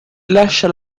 lascia